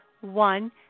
one